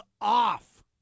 off